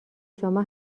شما